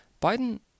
Biden